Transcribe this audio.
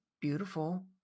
beautiful